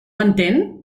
entén